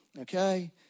okay